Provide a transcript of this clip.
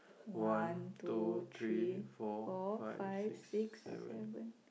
one two three four five six seven